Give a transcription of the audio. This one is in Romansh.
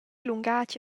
lungatg